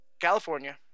California